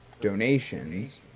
donations